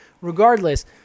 Regardless